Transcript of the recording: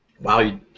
Wow